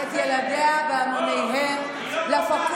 עכשיו אני